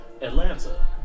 Atlanta